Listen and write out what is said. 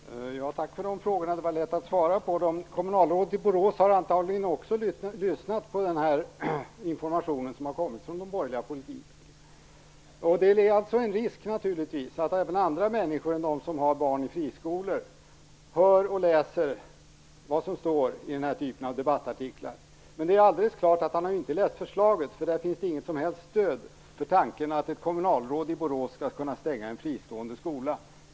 Herr talman! Tack för de frågorna, det är lätt att svara på dem. Kommunalrådet i Borås har antagligen också lyssnat på den information som har kommit från de borgerliga politikerna. Det är naturligtvis en risk att även andra människor än de som har barn i friskolor hör sådant och läser vad som står i den här typen av debattartiklar. Men det är alldeles klart att man inte har läst förslaget. Där finns det inget som helst stöd för tanken att ett kommunalråd i Borås skall kunna stänga en fristående skola.